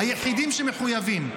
היחידים שמחויבים,